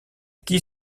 qui